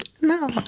No